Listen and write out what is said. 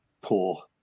poor